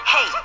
Hey